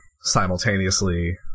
simultaneously